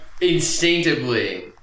instinctively